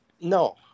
No